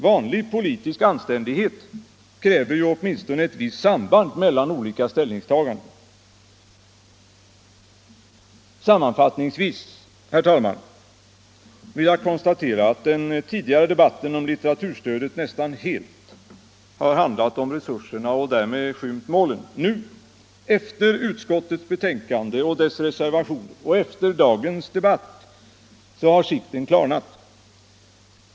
Vanlig politisk anständighet kräver ju åtminstone ett visst samband mellan olika ställningstaganden. Sammanfattningsvis, herr talman, vill jag konstatera att den tidigare debatten om litteraturstödet nästan helt har handlat om resurserna och därmed skymt målen. Nu, efter utskottets betänkande och dess reservationer och efter dagens debatt, har sikten klarnat.